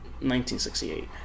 1968